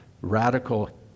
radical